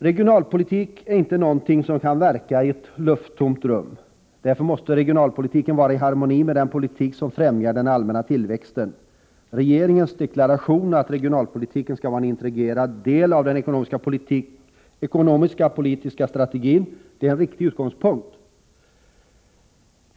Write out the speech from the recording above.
Regionalpolitik är inte något som kan verka i ett lufttomt rum. Därför måste regionalpolitiken vara i harmoni med den politik som främjar den allmänna tillväxten. Regeringens deklaration att regionalpolitiken skall vara en integrerad del av den ekonomiska politiska strategin är en riktig utgångspunkt.